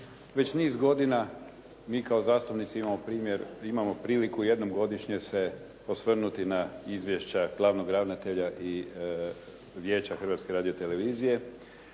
Već niz godina mi kao zastupnici imamo priliku jednom godišnje se osvrnuti na izvješća glavnog ravnatelja i Vijeća Hrvatske radiotelevizije